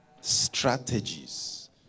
Strategies